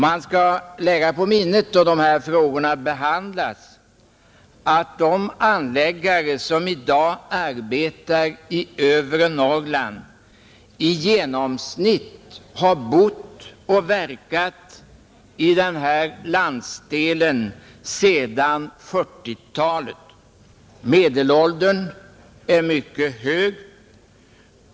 Man skall hålla i minnet, då dessa frågor behandlas, att de anläggare som i dag arbetar i övre Norrland i genomsnitt har bott och verkat i den landsdelen sedan 1940-talet. Medelåldern är mycket hög.